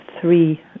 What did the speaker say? three